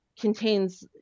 contains